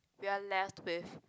we are left with